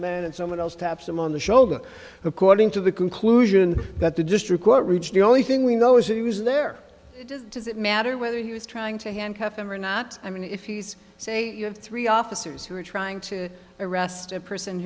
man and someone else taps him on the shoulder according to the conclusion that the district court reached the only thing we know is he was there does it matter whether he was trying to handcuff him or not i mean if he's saying you have three officers who are trying to arrest a person